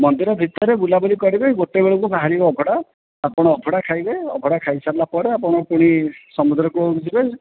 ମନ୍ଦିର ଭିତରେ ବୁଲାବୁଲି କରିବେ ଗୋଟେ ବେଳକୁ ବାହାରିବ ଅବଢା ଆପଣ ଅବଢା ଖାଇବେ ଅବଢା ଖାଇ ସାରିଲା ପରେ ଆପଣ ପୁଣି ସମୁଦ୍ର କୂଳକୁ ଯିବେ